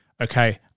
okay